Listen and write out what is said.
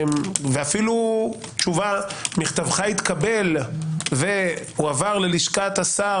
ואפילו תשובה: מכתבך התקבל והוא הועבר ללשכת השר